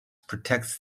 protects